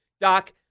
Doc